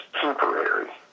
temporary